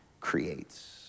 creates